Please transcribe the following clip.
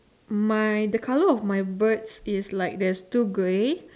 my the colour of my birds is like there's two grey